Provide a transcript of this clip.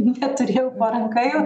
neturėjau po ranka jų